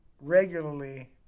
regularly